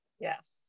Yes